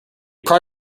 pride